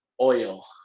oil